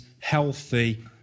healthy